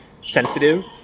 sensitive